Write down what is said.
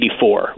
1984